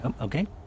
Okay